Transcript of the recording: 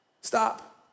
Stop